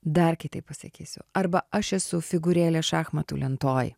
dar kitaip pasakysiu arba aš esu figūrėlė šachmatų lentoj